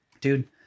dude